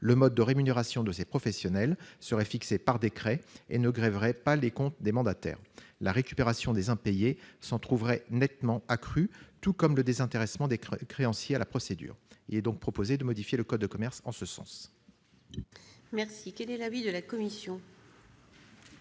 Le mode de rémunération de ces professionnels serait fixé par décret et ne grèverait pas les comptes des mandataires. La récupération des impayés s'en trouverait nettement accrue, tout comme le désintéressement des créanciers à la procédure. Il est donc proposé de modifier le code de commerce en ce sens.